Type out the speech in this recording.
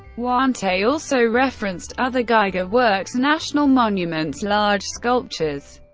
huante also referenced other giger works, national monuments, large sculptures,